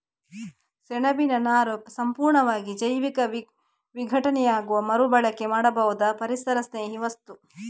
ಸೆಣಬಿನ ನಾರು ಪೂರ್ಣವಾಗಿ ಜೈವಿಕ ವಿಘಟನೆಯಾಗುವ ಮರು ಬಳಕೆ ಮಾಡಬಹುದಾದ ಪರಿಸರಸ್ನೇಹಿ ವಸ್ತು